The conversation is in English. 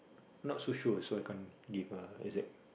not so sure so I can't give a exact